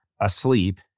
asleep